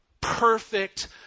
perfect